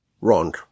Wrong